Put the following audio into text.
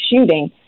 shooting